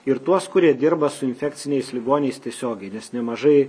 ir tuos kurie dirba su infekciniais ligoniais tiesiogiai nes nemažai